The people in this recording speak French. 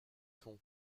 fond